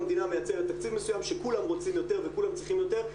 המדינה מייצרת תקציב מסוים שכולם רוצים יותר וכולם צריכים יותר.